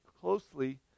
closely